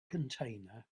container